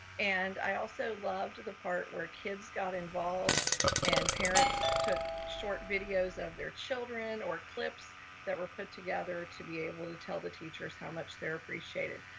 and i also loved the part where kids got involved and parents took short videos of their children or clips that were put together to be able to tell the teachers how much they're appreciated.